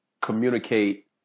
communicate